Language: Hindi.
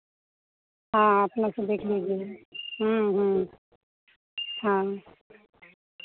हाँ अपना से देख लीजिएगा ह्म्म ह्म्म हाँ